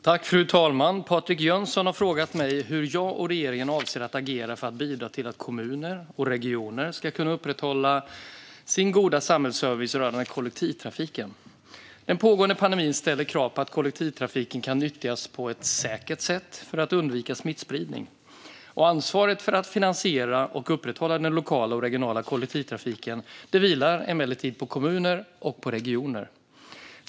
Svar på interpellationer Fru talman! Patrik Jönsson har frågat mig hur jag och regeringen avser att agera för att bidra till att kommuner och regioner ska kunna upprätthålla sin goda samhällsservice rörande kollektivtrafiken. Den pågående pandemin ställer krav på att kollektivtrafiken kan nyttjas på ett säkert sätt för att undvika smittspridning. Ansvaret för att finansiera och upprätthålla den lokala och regionala kollektivtrafiken vilar emellertid på kommuner och regioner.